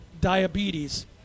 diabetes